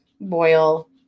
boil